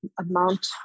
amount